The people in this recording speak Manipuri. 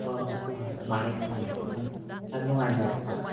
ꯍꯣ ꯍꯣꯏ ꯍꯣꯏ ꯑꯗꯨꯃꯥꯏꯅ ꯊꯦꯡꯅꯔꯁꯦ ꯍꯣꯏ ꯌꯥꯝ ꯅꯨꯡꯉꯥꯏꯖꯔꯦ